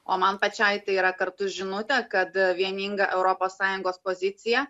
o man pačiai tai yra kartu žinutė kad vieninga europos sąjungos pozicija